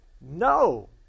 No